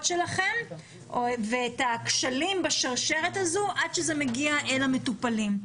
שלכם ואת הכשלים בשרשרת הזו עד שזה מגיע אל המטופלים.